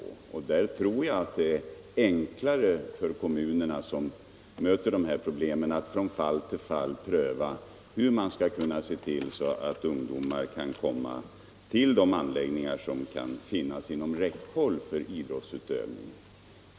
Jag tror att det är Om statsbidrag till enklare för de kommuner som möter dessa problem att från fall till fall resor för idrottsträpröva hur de skall se till att ungdomarna kan komma till de anläggningar = ning som finns inom räckhåll för att träna.